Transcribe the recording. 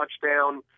touchdown